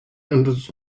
enters